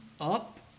up